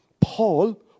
Paul